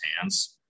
hands